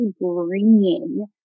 bringing